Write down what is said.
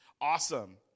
awesome